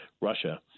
Russia